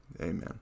Amen